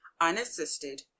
unassisted